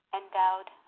endowed